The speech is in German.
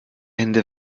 hände